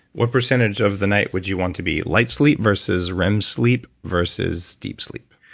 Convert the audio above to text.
what percentage of the night would you want to be light sleep versus rem sleep versus deep sleep?